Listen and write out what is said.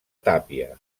tàpia